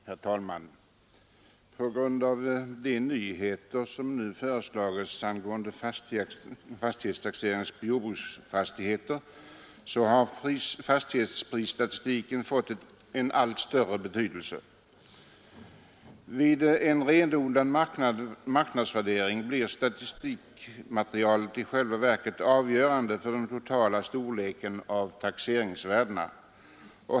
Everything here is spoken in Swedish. Herr talman! På grund av de nyheter som nu föreslagits angående fastighetstaxering av jordbruksfastigheter har fastighetsprisstatistiken fått en allt större betydelse. Vid en renodlad marknadsvärdering blir statistikmaterialet i själva verket avgörande för den totala storleken av taxeringsvärdena.